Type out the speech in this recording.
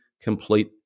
complete